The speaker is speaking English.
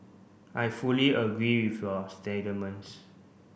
I fully agree with your